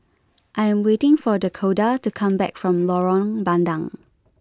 I am waiting for Dakoda to come back from Lorong Bandang